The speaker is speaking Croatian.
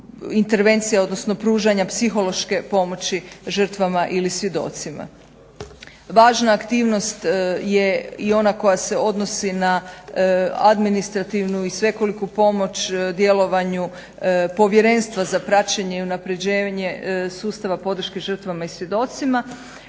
odnosno pružanja psihološke pomoći žrtvama ili svjedocima. Važna aktivnost je i ona koja se odnosi na administrativnu i svekoliku pomoć djelovanju Povjerenstva za praćenje i unaprjeđenje sustava podrške žrtvama i svjedocima.